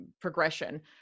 progression